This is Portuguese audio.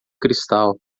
cristal